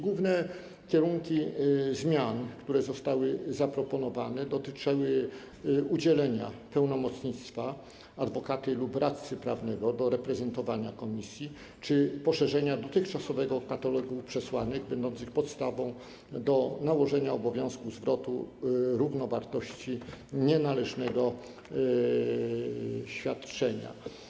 Główne kierunki zmian, które zostały zaproponowane, dotyczyły udzielenia pełnomocnictwa, chodzi o adwokata lub radcę prawnego, do reprezentowania komisji czy poszerzenia dotychczasowego katalogu przesłanek będących podstawą do nałożenia obowiązku zwrotu równowartości nienależnego świadczenia.